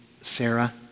Sarah